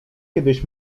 kiedyś